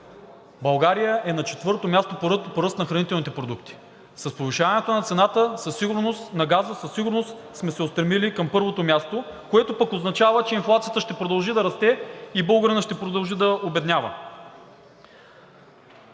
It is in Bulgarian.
България е на четвърто място по ръст на хранителните продукти. С повишаването на цената на газа със сигурност сме се устремили към първото място, което пък означава, че инфлацията ще продължи да расте и българинът ще продължи да обеднява.